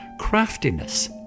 craftiness